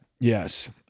Yes